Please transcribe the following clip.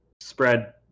spread